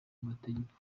mategeko